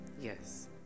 Yes